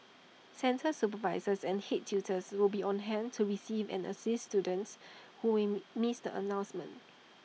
centre supervisors and Head tutors will be on hand to receive and assist students who we may missed the announcement